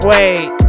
Wait